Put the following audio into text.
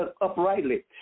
uprightly